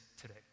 today